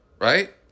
Right